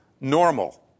normal